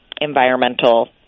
environmental